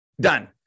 done